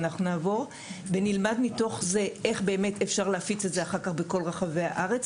אנחנו נעבור ונלמד מתוך זה איך אפשר להפיץ את זה אחר בכל רחבי הארץ,